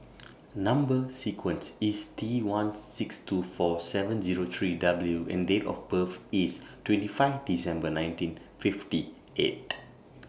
Number sequence IS T one six two four seven Zero three W and Date of birth IS twenty five December nineteen fifty eight